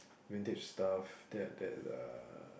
vintage stuff that that uh